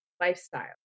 lifestyle